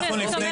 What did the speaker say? ייכנס.